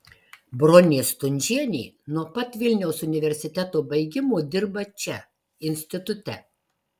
bronė stundžienė nuo pat vilniaus universiteto baigimo dirba čia institute